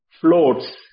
floats